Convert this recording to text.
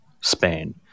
Spain